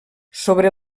sobre